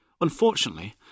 Unfortunately